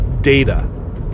data